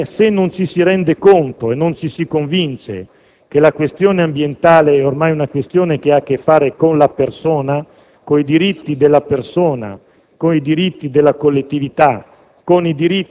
Orbene, se non ci si rende conto e non ci si convince che la questione ambientale ormai ha a che fare con la persona, con i diritti della persona, della collettività